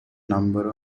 number